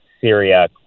Syria